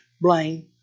blame